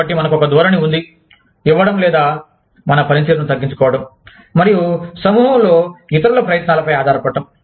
కాబట్టి మనకు ఒక ధోరణి ఉంది ఇవ్వడం లేదా మన పనితీరును తగ్గించుకోవడం మరియు సమూహంలో ఇతరుల ప్రయత్నాలపై ఆధారపడటం